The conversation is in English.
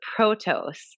protos